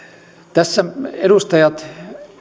tässä edustajat